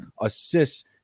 assists